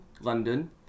London